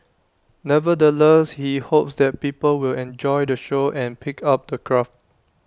nevertheless he hopes that people will enjoy the show and pick up the craft